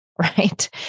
right